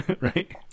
right